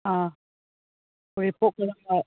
ꯎꯔꯤꯄꯣꯛ ꯀꯔꯝꯕ